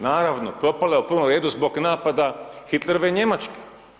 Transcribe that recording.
Naravno, propala je u prvom redu zbog napada Hitlerove Njemačke.